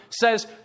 says